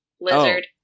lizard